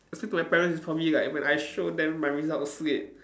explain to my parents is for me like when I show them my results slip